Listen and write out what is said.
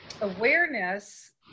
awareness